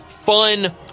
fun